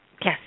Yes